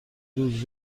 روز